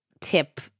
tip